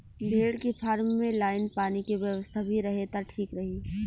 भेड़ के फार्म में लाइन पानी के व्यवस्था भी रहे त ठीक रही